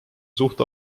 suhte